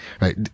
Right